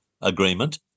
agreement